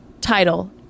Title